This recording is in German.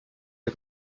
der